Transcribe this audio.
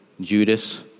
Judas